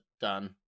done